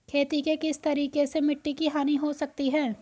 खेती के किस तरीके से मिट्टी की हानि हो सकती है?